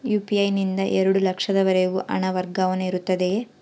UPI ನಿಂದ ಎರಡು ಲಕ್ಷದವರೆಗೂ ಹಣ ವರ್ಗಾವಣೆ ಇರುತ್ತದೆಯೇ?